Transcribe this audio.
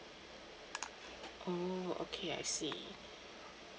oh okay I see